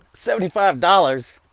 seventy five dollars?